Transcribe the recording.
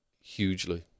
hugely